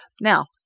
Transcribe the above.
Now